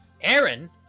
Aaron